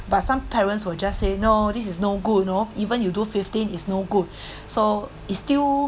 but some parents will just say no is no good you know even you do fifteen is no good so it's still